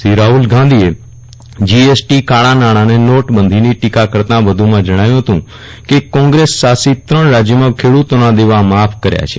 શ્રી રાહલ ગાંધીએ જીએસટી કાળા નાણાં અને નોટબંધીની ટીકા કરતાં વ્ધમાં જણાવ્યું હતું કે કોંગ્રેસ શાસિત ત્રણ રાજયોમાં ખેડ્રતોના દેવા માફ કર્યા છે